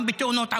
גם בתאונות עבודה.